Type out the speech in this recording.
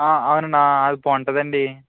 అవునండీ అది బాగుంటాదండీ